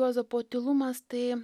juozapo tylumas tai